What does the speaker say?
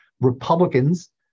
Republicans